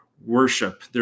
worship